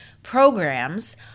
programs